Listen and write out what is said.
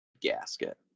gasket